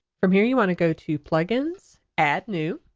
from here you want to go to plugins, add new.